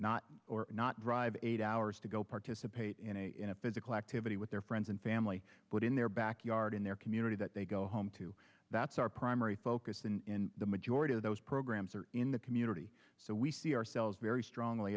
not or not drive eight hours to go participate in a physical activity with their friends and family but in their backyard in their community that they go home to that's our primary focus in the majority of those programs or in the community so we see ourselves very strongly